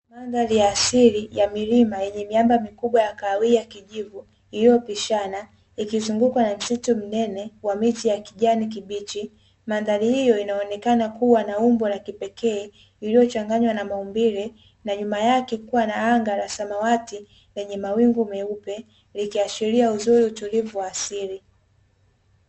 Mandhari ya asili ya milima, yenye miamba mikubwa ya kahawia kijivu, iliyopishana ikizungukwa na msitu mnene wa miti ya kijani kibichi. Mandhari hiyo inaonekana kuwa na umbo la kipekee, lililochanganywa na maumbile, na nyuma yake kuwa na anga la samawati, lenye mawingu meupe, likiashiria uzuri, utulivu wa asili.